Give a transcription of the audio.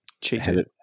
cheated